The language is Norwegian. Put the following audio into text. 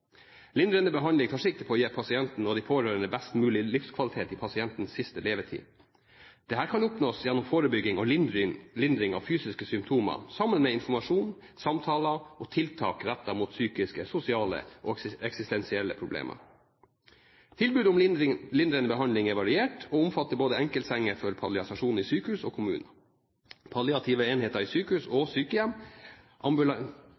Lindrende behandling tar sikte på å gi pasienten og de pårørende best mulig livskvalitet i pasientens siste levetid. Dette kan oppnås gjennom forebygging og lindring av fysiske symptomer, sammen med informasjon, samtaler og tiltak rettet mot psykiske, sosiale og eksistensielle problemer. Tilbudet om lindrende behandling er variert, og omfatter både enkeltsenger for palliasjon i sykehus og kommuner, palliative enheter i sykehus og